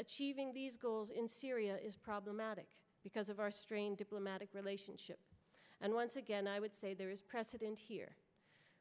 achieving these goals in syria is problematic because of our strained diplomatic relationship and once again i would say there is precedent here